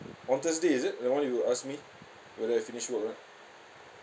on thursday is it the one you ask me whether I finish work or not